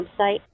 website